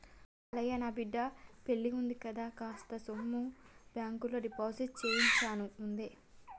మల్లయ్య నా బిడ్డ పెల్లివుంది కదా అని కాస్త సొమ్ము బాంకులో డిపాజిట్ చేసివుంచాను ముందే